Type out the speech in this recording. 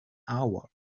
hour